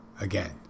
again